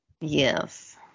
Yes